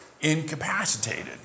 incapacitated